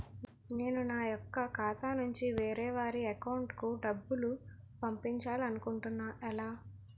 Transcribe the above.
నేను నా యెక్క ఖాతా నుంచి వేరే వారి అకౌంట్ కు డబ్బులు పంపించాలనుకుంటున్నా ఎలా?